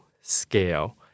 scale